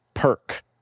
perk